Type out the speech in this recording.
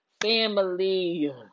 Family